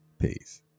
peace